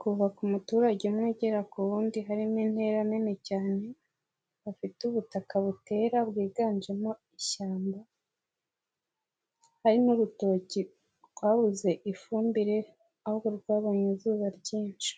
kuva ku muturage umwe ugera ku wundi harimo intera nini cyane, hafite ubutaka butera bwiganjemo ishyamba, hari n'urutoki rwabuze ifumbire ahubwo rwabonye izuba ryinshi.